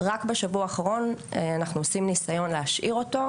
רק בשבוע האחרון אנחנו עושים ניסיון להשאיר אותו,